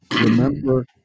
Remember